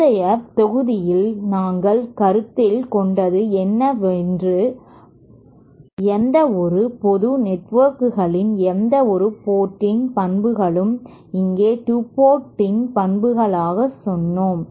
முந்தைய தொகுதியில் நாங்கள் கருத்தில் கொண்டது எந்தவொரு பொது நெட்வொர்க்கின் எந்தவொரு போர்ட்டின் பண்புகளும் இங்கே 2 போர்ட் இன் பண்புகளாக சென்றோம்